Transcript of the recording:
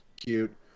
cute